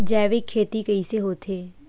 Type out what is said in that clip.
जैविक खेती कइसे होथे?